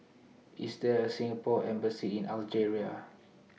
IS There A Singapore Embassy in Algeria